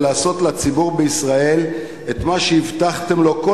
ולעשות לציבור בישראל את מה שהבטחתם לו כל